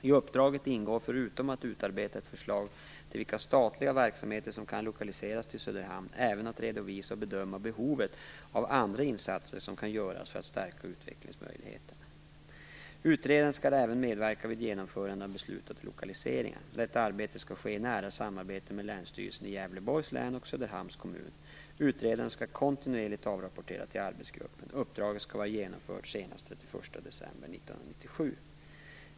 I uppdraget ingår, förutom att utarbeta ett förslag till vilka statliga verksamheter som kan lokaliseras till Söderhamn, även att redovisa och bedöma behovet av andra insatser som kan göras för att stärka utvecklingsmöjligheterna. Utredare skall även medverka vid genomförandet av beslutade lokalseringar. Detta arbete skall ske i nära samarbete med länsstyrelsen i Gävleborgs län och Söderhamns kommun. Utredaren skall kontinuerligt avrapportera till arbetsgruppen. Uppdraget skall vara genomfört senast den 31 december 1997.